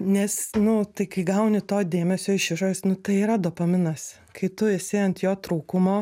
nes nu tai kai gauni to dėmesio iš išorės nu tai yra dopaminas kai tu esi ant jo trūkumo